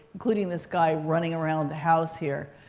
including this guy running around the house here.